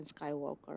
Skywalker